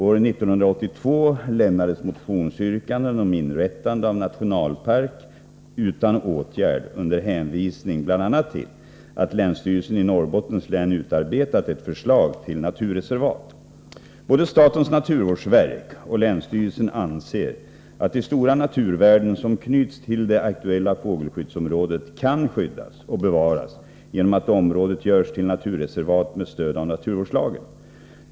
År 1982 lämnades motionsyrkanden om inrättande av nationalpark utan åtgärd under hänvisning bl.a. till att länsstyrelsen i Norrbottens län utarbetat ett förslag till naturreservat. Både statens naturvårdsverk och länsstyrelsen anser att de stora naturvärden som knyts till det aktuella fågelskyddsområdet kan skyddas och bevaras genom att området görs till naturreservat med stöd av naturvårdslagen.